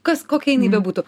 kas kokia jinai bebūtų